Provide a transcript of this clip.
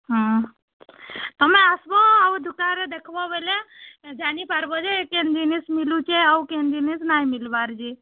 ହଁ ତମେ ଆସ୍ବ ଆଉ ଦୁକାନ୍ରେ ଦେଖ୍ବ ବୋଲେ ଜାଣିପାରିବ ଯେ କେନ୍ ଜିନିଷ୍ ମିଲୁଛି ଆଉ କେନ୍ ଜିନିଷ ନାଇଁ ମିଲ୍ବାର୍ ଯେ